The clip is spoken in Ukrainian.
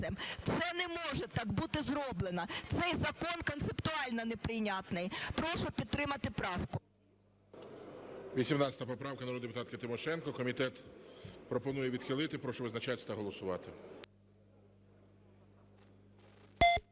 Це не може так бути зроблено, цей закон концептуально неприйнятний. Прошу підтримати правку.